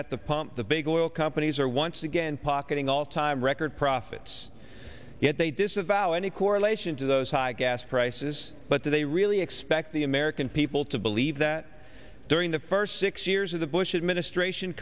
at the pump the big oil companies are once again pocketing all time record profits yet they disavow any correlation to those high gas prices but do they really expect the american people to believe that during the first six years of the bush administration